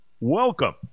welcome